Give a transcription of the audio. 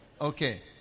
Okay